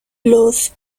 los